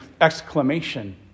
exclamation